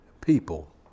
People